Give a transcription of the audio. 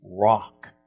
rock